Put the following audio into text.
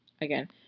Again